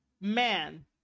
Man